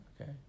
Okay